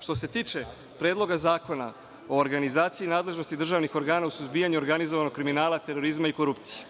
Što se tiče Predloga zakona o organizaciji i nadležnosti državnih organa u suzbijanju organizovanog kriminala, terorizma i korupcije,